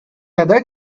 other